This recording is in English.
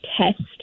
test